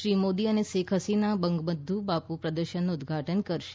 શ્રી મોદી અને શેખ હસીના બંગબંધુ બાપુ પ્રદર્શનનું ઉદ્વાટન કરશે